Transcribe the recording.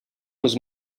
was